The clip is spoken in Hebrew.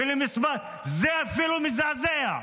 זה אפילו מזעזע.